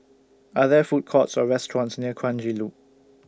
Are There Food Courts Or restaurants near Kranji Loop